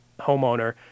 homeowner